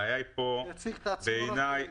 תציג את עצמך בבקשה.